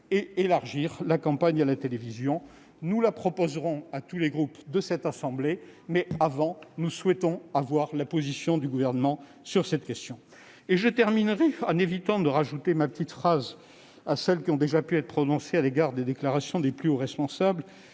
et élargir la campagne à la télévision. Nous la soumettrons à tous les groupes de cette assemblée, mais nous souhaitons auparavant connaître la position du Gouvernement sur cette question. Je terminerai en évitant d'ajouter ma petite phrase à toutes celles qui ont déjà été prononcées sur les déclarations des plus hauts responsables